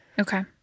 Okay